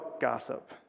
gossip